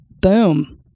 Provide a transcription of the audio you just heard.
Boom